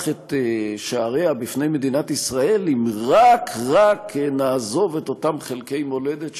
את שעריה בפני מדינת ישראל אם רק נעזוב את אותם חלקי מולדת שלנו: